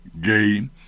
gay